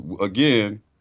again